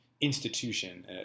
institution